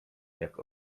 jak